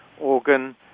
organ